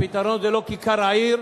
הפתרון זה לא כיכר העיר,